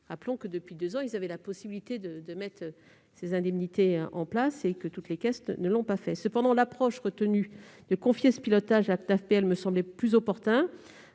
Rappelons que, depuis deux ans, ils avaient la possibilité de mettre ces indemnités en place, mais que toutes les caisses ne l'ont pas fait. Cependant, l'approche retenue consistant à confier ce pilotage à la CNAVPL me semble plus opportune.